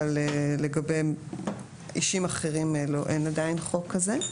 אבל לגבי אישים אחרים אין עדיין חוק כזה.